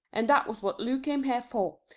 and that was what lou came here for,